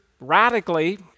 radically